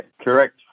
correct